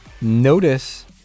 Notice